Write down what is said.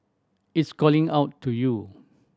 it's calling out to you